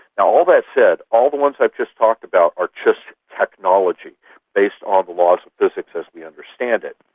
and all all that said, all the ones i've just talked about are just technology based on the laws of physics as we understand it.